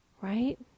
right